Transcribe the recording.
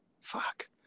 Fuck